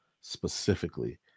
specifically